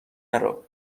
نرو